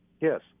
yes